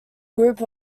group